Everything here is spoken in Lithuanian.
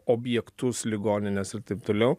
objektus ligonines ir taip toliau